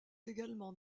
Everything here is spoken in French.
également